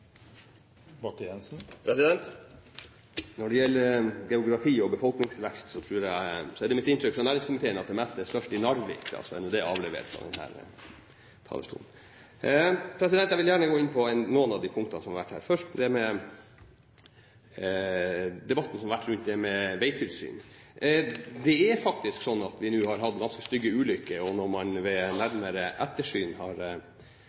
mitt inntrykk fra næringskomiteen at det meste er størst i Narvik, så nå er det avlevert fra denne talerstolen. Jeg vil gjerne gå inn på noen av de punktene som har vært oppe her. Først til debatten som har vært rundt dette med veitilsyn. Det er faktisk sånn at vi nå har hatt ganske stygge ulykker, og når man ved nærmere ettersyn har